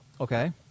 Okay